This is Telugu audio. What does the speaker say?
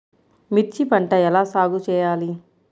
మిర్చి పంట ఎలా సాగు చేయాలి?